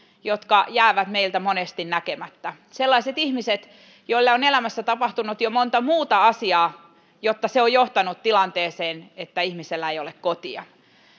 jotka jäävät meiltä monesti näkemättä sellaiset ihmiset joille on elämässä tapahtunut jo monta muuta asiaa niin että se on johtanut tilanteeseen että ihmisellä ei ole kotia